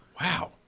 Wow